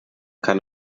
kann